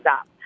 up